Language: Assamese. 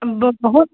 বহুত